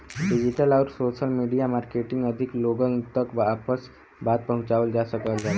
digital आउर social media marketing अधिक लोगन तक आपन बात पहुंचावल जा सकल जाला